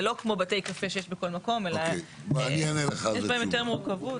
וזה לא כמו בתי קפה שיש בכל מקום אלא לפעמים יש יותר מורכבות.